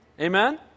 Amen